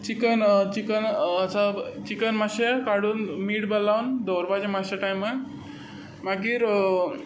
chicken chicken chicken मातशें काडून मीठ वी लावन दवरपाचें मातशे टायमान मागीर